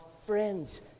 friends